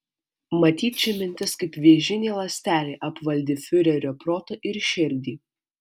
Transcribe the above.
matyt ši mintis kaip vėžinė ląstelė apvaldė fiurerio protą ir širdį